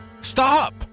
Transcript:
Stop